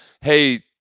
hey